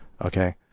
Okay